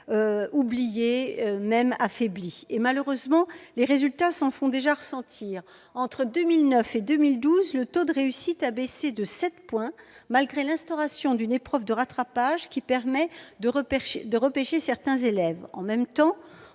oublié, voire affaibli. Malheureusement, les résultats s'en font déjà sentir. Ainsi, entre 2009 et 2012, le taux de réussite a baissé de sept points, malgré l'instauration d'une épreuve de rattrapage qui permet de repêcher certains élèves. En même temps,